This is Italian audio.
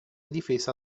difesa